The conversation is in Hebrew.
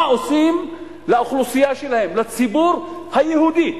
מה הם עושים לאוכלוסייה שלהם, לציבור היהודי?